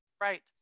Right